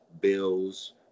bills